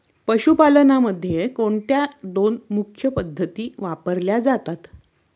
पशुपालनामध्ये कोणत्या दोन मुख्य पद्धती वापरल्या जातात?